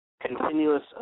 continuous